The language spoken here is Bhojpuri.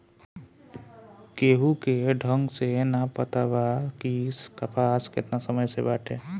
केहू के ढंग से ना पता बा कि कपास केतना समय से बाटे